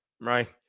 right